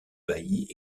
baillis